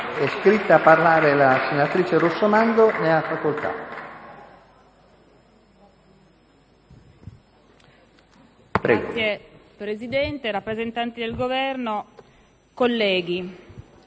Signor Presidente, rappresentanti del Governo, colleghi,